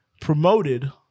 promoted